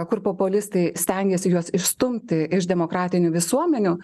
kur populistai stengiasi juos išstumti iš demokratinių visuomenių